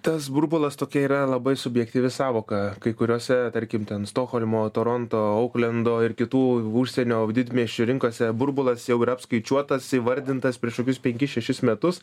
tas burbulas tokia yra labai subjektyvi sąvoka kai kuriose tarkim ten stokholmo toronto auklendo ir kitų užsienio didmiesčių rinkose burbulas jau yra apskaičiuotas įvardintas prieš kokius penkis šešis metus